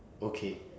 okay